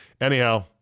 Anyhow